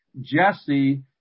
Jesse